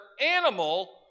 animal